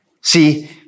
See